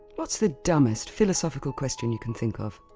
what's the dumbest philosophical question you can think of?